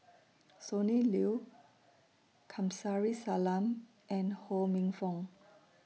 Sonny Liew Kamsari Salam and Ho Minfong